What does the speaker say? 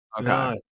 Okay